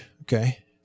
Okay